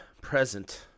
present